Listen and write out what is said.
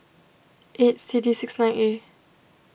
eight C D six nine A